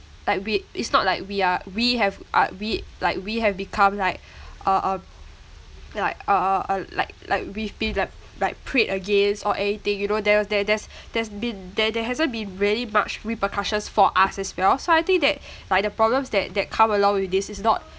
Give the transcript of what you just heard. like with it's not like we are we have uh we like we have become like uh uh like uh uh uh like like we've been like like preyed against or anything you know there there there's there's been there there hasn't been really much repercussions for us as well so I think that like the problems that that come along with this is not